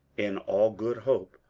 in all good hope,